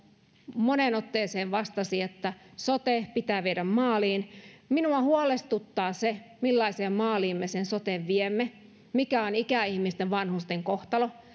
moneen otteeseen vastasi että sote pitää viedä maaliin minua huolestuttaa se millaiseen maaliin me sen soten viemme mikä on ikäihmisten vanhusten kohtalo